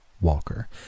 Walker